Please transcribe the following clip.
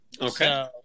Okay